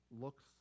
looks